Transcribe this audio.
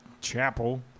chapel